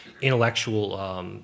intellectual